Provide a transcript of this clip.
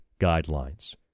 guidelines